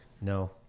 No